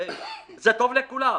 וזה טוב לכולם.